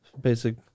Basic